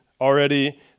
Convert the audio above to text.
already